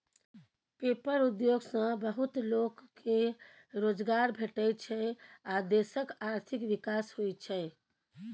paper उद्योग सँ बहुत लोक केँ रोजगार भेटै छै आ देशक आर्थिक विकास होइ छै